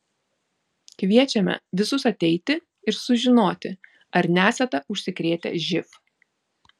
kviečiame visus ateiti ir sužinoti ar nesate užsikrėtę živ